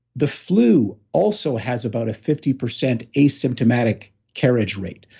the flu also has about a fifty percent asymptomatic carriage rate.